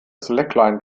slackline